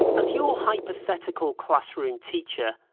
as your hypothetical classroom teacher,